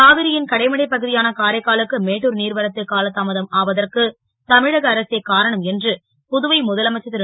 காவிரி ன் கடைமடை பகு யான காரைக்காலுக்கு மேட்டுர் நீர்வரத்து காலதாமதம் ஆவதற்கு தமிழக அரசே காரணம் என்று புதுவை முதலமைச்சர் ரு